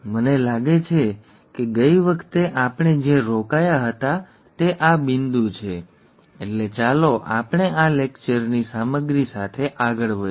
મને લાગે છે કે ગઈ વખતે આપણે જયાં રોકાયા હતા તે આ બિંદુ છે એટલે ચાલો આપણે આ લેક્ચરની લેક્ચરસામગ્રી સાથે આગળ વધીએ